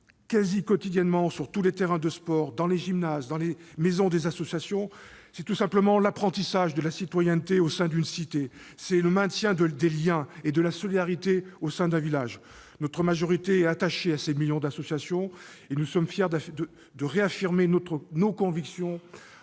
quasi quotidiennement sur tous les terrains de sport, dans les gymnases, dans les maisons des associations, c'est tout simplement l'apprentissage de la citoyenneté au sein d'une cité ; c'est le maintien des liens et de la solidarité au sein d'un village. Notre majorité est attachée à ce million et demi d'associations, et nous sommes fiers de réaffirmer nos convictions